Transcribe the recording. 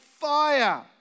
fire